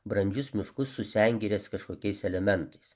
brandžius miškus su sengirės kažkokiais elementais